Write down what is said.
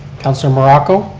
councilor morocco.